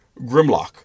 Grimlock